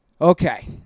Okay